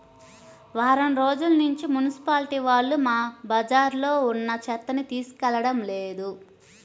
వారం రోజుల్నుంచి మున్సిపాలిటీ వాళ్ళు మా బజార్లో ఉన్న చెత్తని తీసుకెళ్లడం లేదు